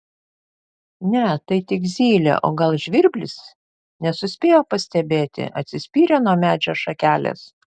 ne tai tik zylė o gal žvirblis nesuspėjo pastebėti atsispyrė nuo medžio šakelės